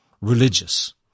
religious